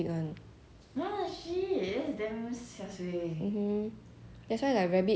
that's why like rabbit last time we 养 rabbit 时侯她有点敏感了 then